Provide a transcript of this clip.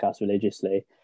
religiously